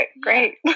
great